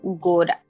good